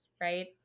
right